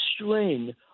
strain